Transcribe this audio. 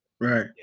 Right